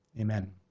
Amen